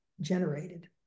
generated